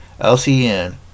LCN